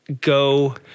go